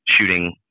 shooting